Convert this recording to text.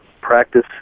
practice